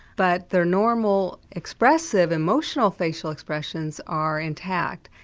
but their normal expressive emotional facial expressions are intact.